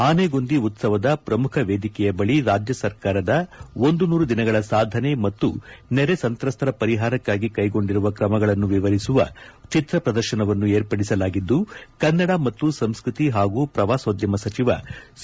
ಆನೆಗೊಂದಿ ಉತ್ಸವದ ಪ್ರಮುಖ ವೇದಿಕೆಯ ಬಳಿ ರಾಜ್ಯ ಸರ್ಕಾರದ ಒಂದು ನೂರು ದಿನಗಳ ಸಾಧನೆ ಮತ್ತು ನೆರೆ ಸಂತ್ರಸ್ತರ ಪರಿಹಾರಕ್ಕಾಗಿ ಕೈಗೊಂಡಿರುವ ಕ್ರಮಗಳನ್ನು ವಿವರಿಸುವ ಚಿತ್ರ ಪ್ರದರ್ಶನವನ್ನು ಏರ್ಪಡಿಸಲಾಗಿದ್ದು ಕನ್ನಡ ಮತ್ತು ಸಂಸ್ಕೃತಿ ಹಾಗೂ ಪ್ರವಾಸೋದ್ಯಮ ಸಚಿವ ಸಿ